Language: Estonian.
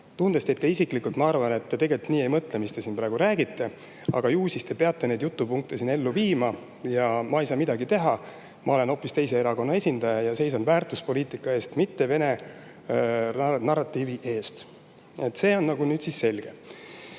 Tundes teid ka isiklikult, ma arvan, et te tegelikult nii ei mõtle, nagu te praegu rääkisite, aga ju te siis peate neid jutupunkte siin [esitama]. Ma ei saa midagi teha, ma olen hoopis teise erakonna esindaja ja seisan väärtuspoliitika eest, mitte Vene narratiivi eest. See on nüüd siis selge. Tulen